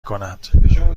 کند